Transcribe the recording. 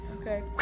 Okay